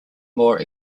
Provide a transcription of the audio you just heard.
more